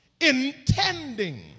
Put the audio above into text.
intending